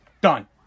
done